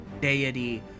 deity